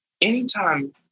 Anytime